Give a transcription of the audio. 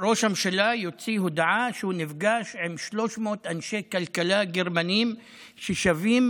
ראש הממשלה יוציא הודעה שהוא נפגש עם 300 אנשי כלכלה גרמנים ששווים